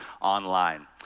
online